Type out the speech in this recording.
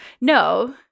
no